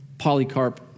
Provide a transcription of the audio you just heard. Polycarp